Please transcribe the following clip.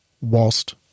whilst